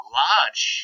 large